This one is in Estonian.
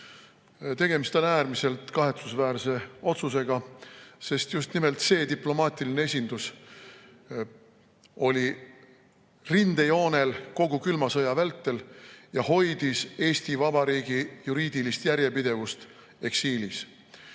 Tegemist on äärmiselt kahetsusväärse otsusega, sest just nimelt see diplomaatiline esindus oli rindejoonel kogu külma sõja vältel ja hoidis eksiilis Eesti Vabariigi juriidilist järjepidevust.